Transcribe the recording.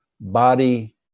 body